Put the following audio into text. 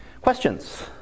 Questions